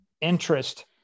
interest